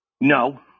No